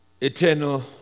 Eternal